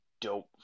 dope